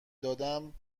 دادم